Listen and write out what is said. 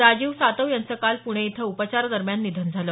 राजीव सातव यांचं काल प्णे इथं उपचारादरम्यान निधन झालं